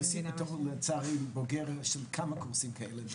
לצערי אני בוגר כמה קורסים כאלה.